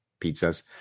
pizzas